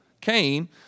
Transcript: Cain